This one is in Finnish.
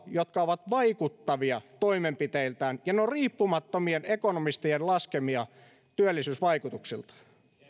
jotka ovat vaikuttavia toimenpiteiltään ja riippumattomien ekonomistien laskemia työllisyysvaikutuksiltaan